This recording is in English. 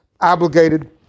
obligated